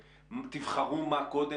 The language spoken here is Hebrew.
תבחרו מה קודם,